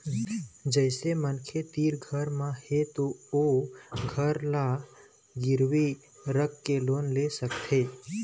जइसे मनखे तीर घर हे त ओ घर ल गिरवी राखके लोन ले सकत हे